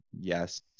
Yes